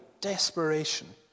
desperation